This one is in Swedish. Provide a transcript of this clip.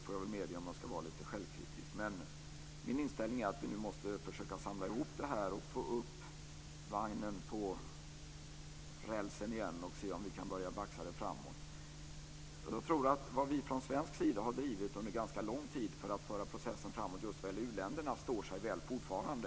Det får jag väl medge om jag ska vara lite självkritisk. Min inställning är att vi nu måste försöka samla ihop det här och få upp vagnen på rälsen igen för att se om vi kan börja baxa den framåt. Jag tror att det som vi från svensk sida har drivit under ganska lång tid för att föra processen framåt för u-länderna står sig väl fortfarande.